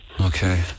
Okay